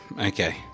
okay